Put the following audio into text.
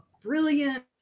Brilliant